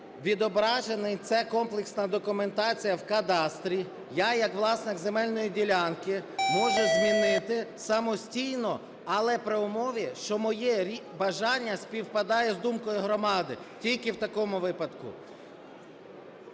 відображена ця комплексна документація в кадастрі, я як власник земельної ділянки можу змінити самостійно, але при умові, що моє бажання співпадає з думкою громади, тільки в такому випадку.